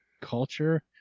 culture